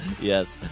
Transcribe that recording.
Yes